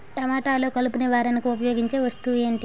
టమాటాలో కలుపు నివారణకు ఉపయోగించే వస్తువు ఏంటి?